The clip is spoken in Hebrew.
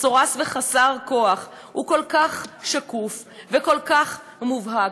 מסורס וחסר כוח הוא כל כך שקוף וכל כך מובהק.